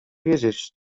wiedzieć